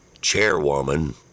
chairwoman